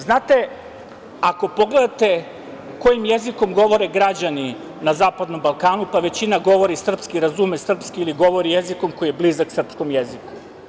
Znate, ako pogledate kojim jezikom govore građani na zapadnom Balkanu, većina govori srpski, razume srpski ili govori jezikom koji je blizak srpskom jeziku.